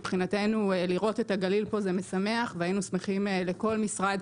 מבחינתנו לראות את הגליל פה זה משמח והיינו שמחים לכל משרד,